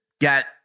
get